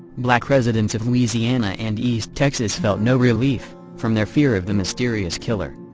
black residents of louisiana and east texas felt no relief from their fear of the mysterious killer.